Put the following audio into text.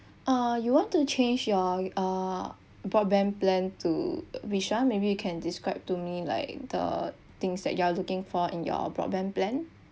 oh you want to change your uh broadband plan to which one maybe you can describe to me like the things that you are looking for in your broadband plan